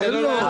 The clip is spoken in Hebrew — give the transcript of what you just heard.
תן לו.